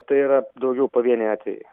tai yra daugiau pavieniai atvejai